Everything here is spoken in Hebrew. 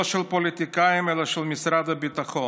לא של פוליטיקאים אלא של משרד הביטחון.